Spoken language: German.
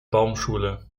baumschule